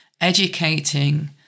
educating